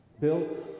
Built